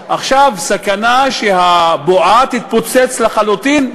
עכשיו הסכנה היא שהבועה תתפוצץ לחלוטין,